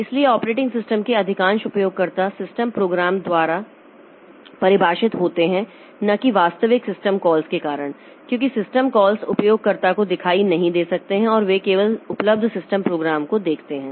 इसलिए operating system के अधिकांश उपयोगकर्ता सिस्टम प्रोग्रामों द्वारा परिभाषित होते हैं न कि वास्तविक सिस्टम कॉल्स के कारण क्योंकि सिस्टम कॉल्स उपयोगकर्ता को दिखाई नहीं दे सकते हैं और वे केवल उपलब्ध सिस्टम प्रोग्रामों को देखते हैं